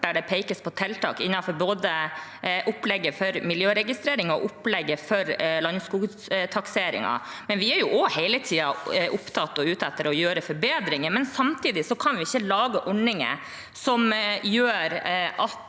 der det pekes på tiltak innenfor både opplegget for miljøregistrering og opplegget for Landsskogtakseringen. Vi er hele tiden opptatt av og ute etter å gjøre forbedringer, men samtidig kan vi ikke lage ordninger som gjør at